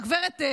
גברת,